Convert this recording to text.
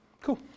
Cool